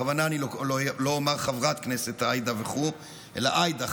בכוונה אני לא אומר "חברת כנסת עאידה" וכו' אלא עאידה,